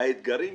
הוועדה.